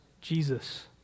Jesus